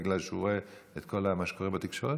בגלל שהוא רואה את כל מה שקורה בתקשורת,